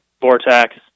vortex